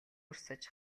урсаж